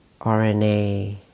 RNA